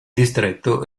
distretto